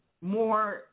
more